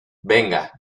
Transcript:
venga